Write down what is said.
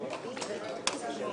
(הוראת שעה לעניין מינוי נאמן), התשע"ט-2019.